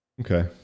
Okay